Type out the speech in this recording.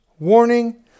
Warning